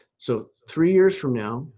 so three years from now,